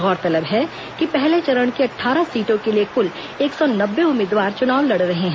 गौरतलब है कि पहले चरण की अट्ठारह सीटों के लिए कुल एक सौ नब्बे उम्मीदवार चुनाव लड़ रहे हैं